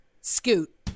scoot